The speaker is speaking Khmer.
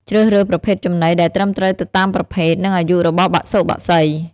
ជ្រើសរើសប្រភេទចំណីដែលត្រឹមត្រូវទៅតាមប្រភេទ និងអាយុរបស់បសុបក្សី។